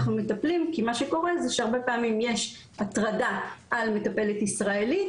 מטפלים כי מה שקורה זה שהרבה פעמים יש הטרדה על מטפלת ישראלית,